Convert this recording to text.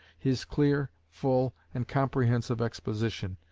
his clear, full, and comprehensive exposition,